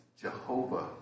Jehovah